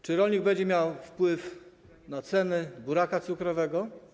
Czy rolnik będzie miał wpływ na ceny buraka cukrowego?